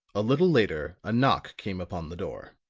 a little later a knock came upon the door.